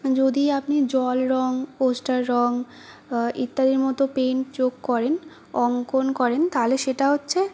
যদি আপনি জল রং পোস্টার রং ইত্যাদির মতো পেন্ট যোগ করেন অঙ্কন করেন তাহলে সেটা হচ্ছে